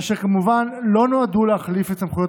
אשר כמובן לא נועדו להחליף את סמכויות